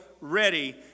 ready